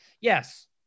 Yes